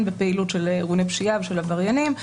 בפעילות של ארגוני פשיעה ושל עבריינים.